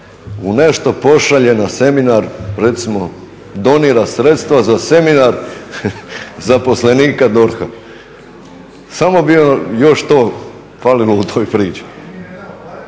u nešto pošalje na seminar recimo donira sredstva za seminar zaposlenika DORH-a. Samo bi nam još to falilo u toj priči.